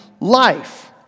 life